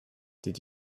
did